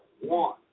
One